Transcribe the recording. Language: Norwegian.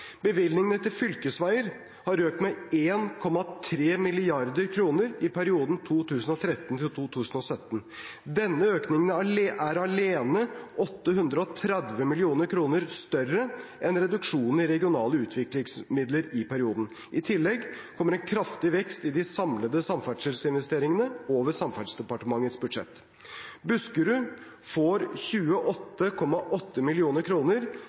til fylkesveier har økt med 1,3 mrd. kr i perioden 2013– 2017. Denne økningen er alene 830 mill. kr større enn reduksjonen i regionale utviklingsmidler i perioden. I tillegg kommer en kraftig vekst i de samlede samferdselsinvesteringene over Samferdselsdepartementets budsjett. Buskerud får